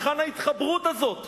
היכן ההתחברות הזאת?